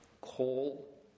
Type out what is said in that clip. coal